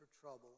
trouble